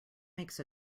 makes